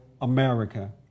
America